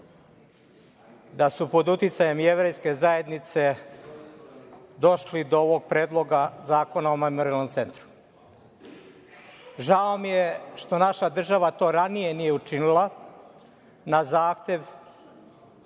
da su pod uticajem Jevrejske zajednice došli do ovog Predloga zakona o memorijalnom centru. Žao mi je što naša država to ranije nije učinila na zahtev